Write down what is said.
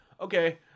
okay